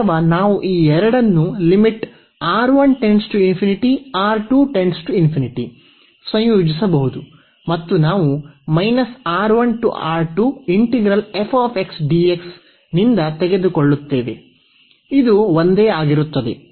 ಅಥವಾ ನಾವು ಈ ಎರಡನ್ನು ಸಂಯೋಜಿಸಬಹುದು ಮತ್ತು ನಾವು ನಿಂದ ತೆಗೆದುಕೊಳ್ಳುತ್ತೇವೆ ಇದು ಒಂದೇ ಆಗಿರುತ್ತದೆ